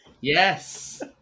yes